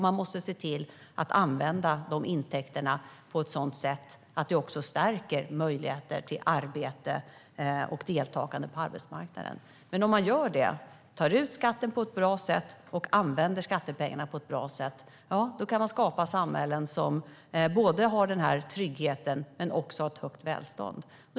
Man måste se till att använda intäkterna på ett sådant sätt att det också stärker möjligheter till arbete och deltagande på arbetsmarknaden. Om skatten tas ut på ett bra sätt och skattepengarna används på ett bra sätt kan man skapa samhällen som både ger trygghet och har en hög välståndsnivå.